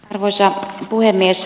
arvoisa puhemies